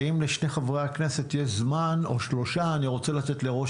אם לחברי הכנסת יש זמן אני רוצה לתת אחר כך לראש